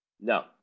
No